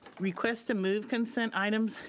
request a move consent items,